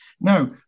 No